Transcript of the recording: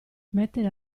mettere